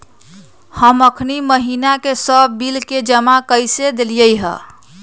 हम अखनी महिना के सभ बिल के जमा कऽ देलियइ ह